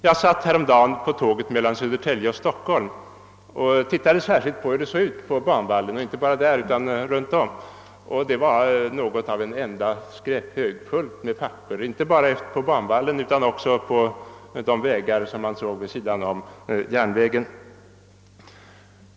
Jag satt häromdagen på tåget mellan Södertälje och Stockholm och tittade särskilt efter hur det såg ut på banvallen och inte bara där utan runt omkring. Det var något av en enda skräphög: fullt med papper inte bara på banvallen utan också på de vägar som man såg vid sidan om järnvägen.